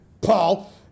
Paul